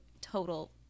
total